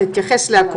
ואתה תתייחס לכול.